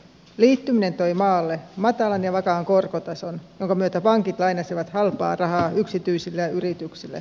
liittyminen toi maalle matalan ja vakaan korkotason jonka myötä pankit lainasivat halpaa rahaa yksityisille ja yrityksille